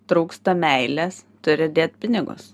trūksta meilės turi dėt pinigus